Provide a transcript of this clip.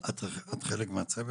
את חלק מהצוות?